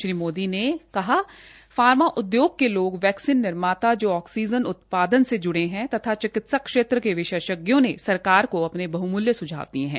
श्री मोदी ने कहा फार्मा उदयोग के लोग वैक्सीन निर्माता जो ऑक्सीजन उत्पादन से जूड़े है तथा चिकित्सा क्षेत्र के विशेषज्ञों ने सरकार को अपने बह्मूल्य सुझाव दिये है